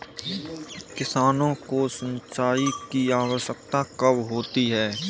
किसानों को सिंचाई की आवश्यकता कब होती है?